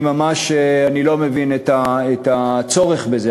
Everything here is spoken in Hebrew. אני ממש לא מבין את הצורך בזה.